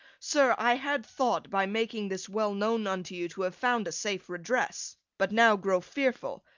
sir, i had thought, by making this well known unto you, to have found a safe redress but now grow fearful,